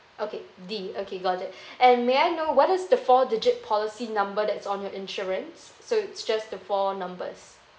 okay D okay got it and may I know what is the four digit policy number that's on your insurance so it's just the four numbers